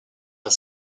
are